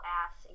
ass